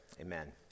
amen